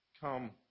come